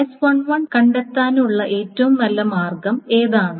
S11 കണ്ടെത്താനുള്ള ഏറ്റവും നല്ല മാർഗം ഏതാണ്